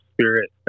spirit